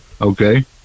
Okay